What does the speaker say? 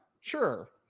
Sure